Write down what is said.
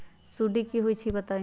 सुडी क होई छई बताई?